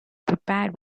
prepared